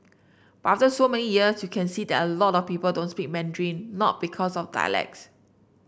but after so many years you can see that a lot of people don't speak Mandarin not because of dialects